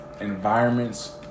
environments